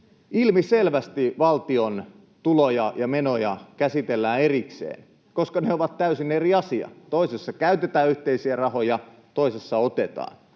Ilmiselvästi valtion tuloja ja menoja käsitellään erikseen, koska ne ovat täysin eri asia. Toisessa käytetään yhteisiä rahoja, toisessa otetaan,